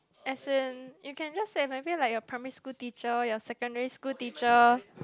as in you can just say maybe like your primary school teacher your secondary school teacher